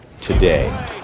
today